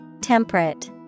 Temperate